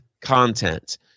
content